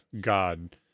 god